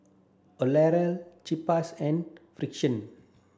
L'Oreal Chaps and Frixion